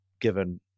given